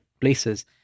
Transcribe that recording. places